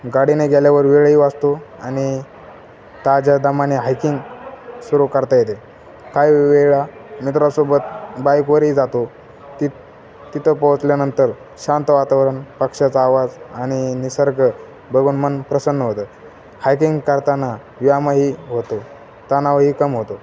गाडीने गेल्यावर वेळही वाचतो आणि ताज्या दमाने हायकिंग सुरू करता येते काही वेळा मित्रासोबत बाईकवरही जातो तित तिथे पोहोचल्यानंतर शांत वातावरण पक्षाचा आवाज आणि निसर्ग बघून मन प्रसन्न होतं हायकिंग करताना व्यायामही होतो तणावही कम होतो